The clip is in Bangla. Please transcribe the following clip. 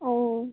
ও